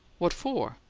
what for?